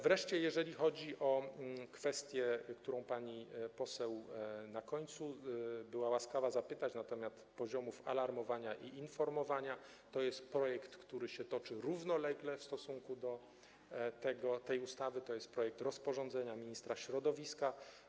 Wreszcie jeżeli chodzi o kwestię, o którą pani poseł na końcu była łaskawa zapytać, na temat poziomów alarmowania i informowania, to jest projekt, nad którym toczą się prace równolegle w stosunku do tej ustawy, to jest projekt rozporządzenia ministra środowiska.